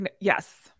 yes